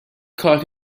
کارت